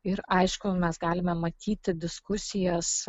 ir aišku mes galime matyti diskusijas